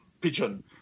pigeon